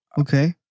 Okay